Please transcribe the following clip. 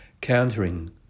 countering